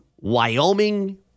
Wyoming